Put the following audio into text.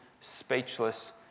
speechless